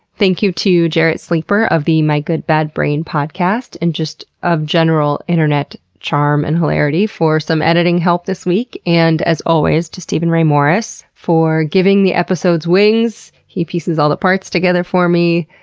thank you to jarrett sleeper of the my good bad brain podcast, and just of general internet charm and hilarity, for some editing help this week. and as always thanks to steven ray morris for giving the episodes wings he pieces all the parts together for me.